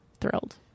thrilled